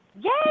yay